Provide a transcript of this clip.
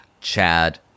Chad